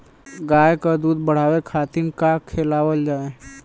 गाय क दूध बढ़ावे खातिन का खेलावल जाय?